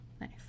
Nice